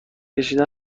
کشیدن